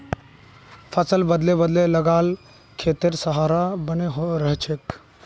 फसल बदले बदले लगा ल खेतेर सहार बने रहछेक